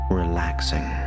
relaxing